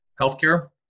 healthcare